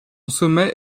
sommet